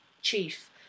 chief